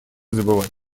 забывать